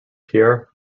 pierre